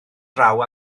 draw